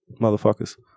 motherfuckers